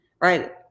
right